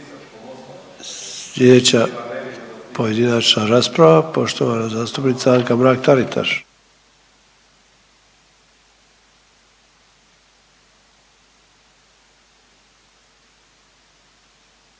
Sljedeća pojedinačna rasprava poštovana zastupnica Anka Mrak Taritaš.